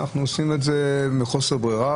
אנחנו עושים את זה מחוסר בררה,